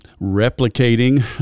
replicating